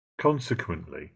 Consequently